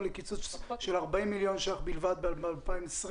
לקיצוץ של 40 מיליון ש"ח בלבד ב-2020.